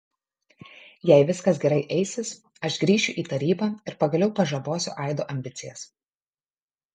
jei viskas gerai eisis aš grįšiu į tarybą ir pagaliau pažabosiu aido ambicijas